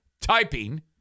typing